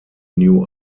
new